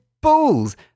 bulls